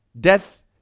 Death